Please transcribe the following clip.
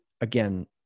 again